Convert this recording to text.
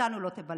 אותנו לא תבלבלו.